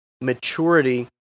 maturity